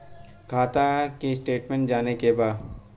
खाता के स्टेटमेंट जाने के बा?